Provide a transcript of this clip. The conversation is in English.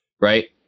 right